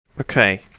Okay